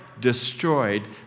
destroyed